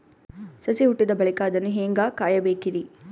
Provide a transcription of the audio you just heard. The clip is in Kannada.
ಸಸಿ ಹುಟ್ಟಿದ ಬಳಿಕ ಅದನ್ನು ಹೇಂಗ ಕಾಯಬೇಕಿರಿ?